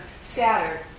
scattered